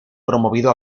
promovido